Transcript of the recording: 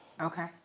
okay